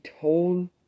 told